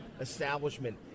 establishment